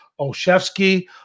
Olszewski